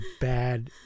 bad